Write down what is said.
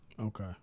okay